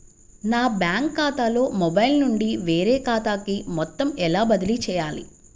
నా బ్యాంక్ ఖాతాలో మొబైల్ నుండి వేరే ఖాతాకి మొత్తం ఎలా బదిలీ చేయాలి?